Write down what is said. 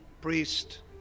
Priest